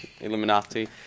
Illuminati